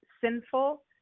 sinful